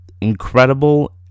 incredible